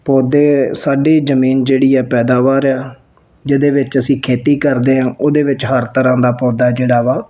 ਪੌਦੇ ਸਾਡੀ ਜਮੀਨ ਜਿਹੜੀ ਹੈ ਪੈਦਾਵਾਰ ਆ ਜਿਹਦੇ ਵਿੱਚ ਅਸੀਂ ਖੇਤੀ ਕਰਦੇ ਹਾਂ ਉਹਦੇ ਵਿੱਚ ਹਰ ਤਰ੍ਹਾਂ ਦਾ ਪੌਦਾ ਜਿਹੜਾ ਵਾ